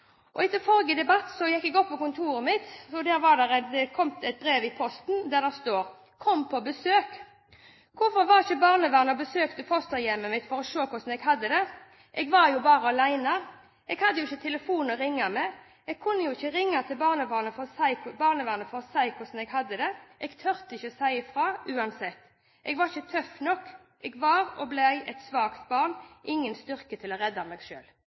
hørt. Etter forrige debatt gikk jeg opp på kontoret mitt, og der var det kommet et brev i posten der det sto: «Kom på besøk! Hvorfor var ikke barnevernet og besøkte fosterhjemmet for å se hvordan jeg hadde det? Jeg var jo bare alene, jeg hadde jo ikke telefon å ringe med. Jeg kunne jo ikke ringe til barnevernet for å si hvordan jeg hadde det. Jeg turde ikke si ifra, uansett. Jeg var ikke tøff nok, jeg ble og var et svakt barn. Ingen styrke til å redde meg